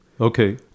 Okay